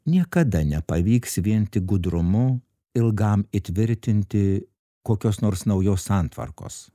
niekada nepavyks vien tik gudrumu ilgam įtvirtinti kokios nors naujos santvarkos